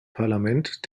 parlament